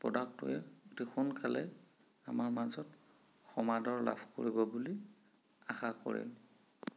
প্ৰডাক্টটোৱে অতি সোনকালে আমাৰ মাজত সমাদৰ লাভ কৰিব বুলি আশা কৰে